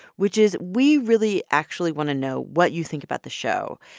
which is we really actually want to know what you think about the show.